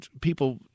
people